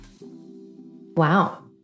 Wow